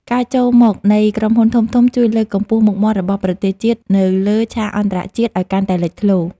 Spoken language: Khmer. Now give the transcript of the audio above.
ការចូលមកនៃក្រុមហ៊ុនធំៗជួយលើកកម្ពស់មុខមាត់របស់ប្រទេសជាតិនៅលើឆាកអន្តរជាតិឱ្យកាន់តែលេចធ្លោ។